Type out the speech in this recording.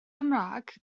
cymraeg